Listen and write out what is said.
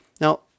Now